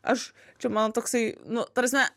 aš čia mano toksai nu ta prasme